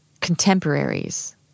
contemporaries